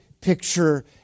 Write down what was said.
picture